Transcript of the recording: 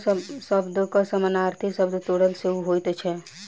कटनी शब्दक समानार्थी शब्द तोड़ब सेहो होइत छै